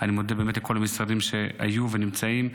אני מודה לכל משרדים שהיו ונמצאים,